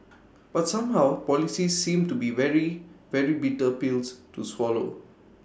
but somehow policies seem to be very very bitter pills to swallow